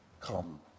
Come